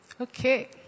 Okay